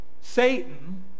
Satan